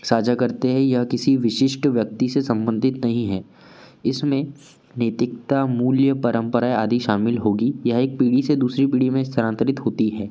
साझा करते है यह किसी विशिष्ट व्यक्ति से संबंधित नहीं है इसमें नैतिकता मूल्य परंपराएं आदि शामिल होगी यह एक पीढ़ी से दूसरी पीढ़ी में स्थानांतरित होती है